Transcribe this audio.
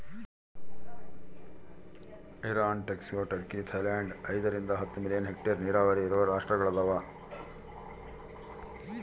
Iran Mexico Turkey Thailand ಐದರಿಂದ ಹತ್ತು million hectare ನೀರಾವರಿ ಇರುವ ರಾಷ್ಟ್ರಗಳದವ